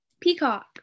peacock